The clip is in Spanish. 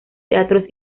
teatros